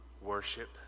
worship